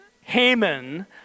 Haman